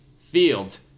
field